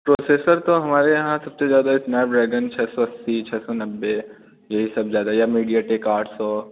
processor तो हमारे यहाँ सबसे ज़्यादा स्नैपड्रैगन छः सौ अस्सी छः सौ नब्बे यह ही सब जगह या मीडियाटेक आठ सौ